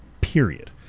period